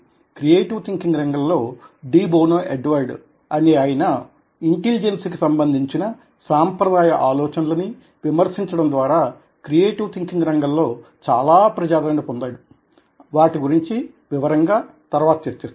creative thinking రంగంలో de Bono Edward అనే ఆయన ఇంటెలిజెన్స్ కి సంబంధించిన సాప్రదాయ ఆలోచనలని విమర్శించడం ద్వారా క్రియేటివ్ థింకింగ్ రంగంలో చాలా ప్రజాదరణ పొందారు వాటిగురించి వివరంగా తర్వాత చర్చిస్తాను